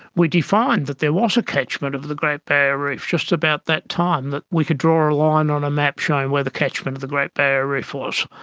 we defined that there was a catchment of the great barrier reef just about that time, that we could draw a line on a map showing where the catchment of the great barrier reef was,